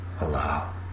allow